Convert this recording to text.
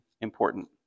important